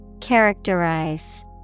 Characterize